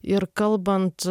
ir kalbant